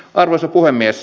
arvoisa puhemies